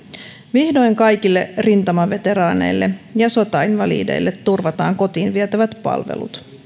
vihdoin kaikille rintamaveteraaneille ja sotainvalideille turvataan kotiin vietävät palvelut